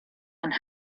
and